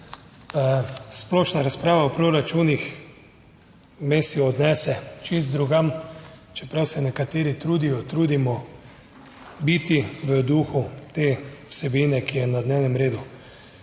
Splošna razprava o proračunih vmes jo odnese čisto drugam, čeprav se nekateri trudijo, trudimo biti v duhu te vsebine, ki je na dnevnem redu.